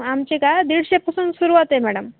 आमचे काय दीडशेपासून सुरुवात आहे मॅडम